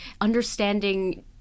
understanding